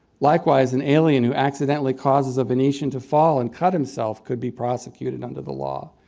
likewise, an alien who accidentally causes a venetian to fall and cut himself could be prosecuted under the law.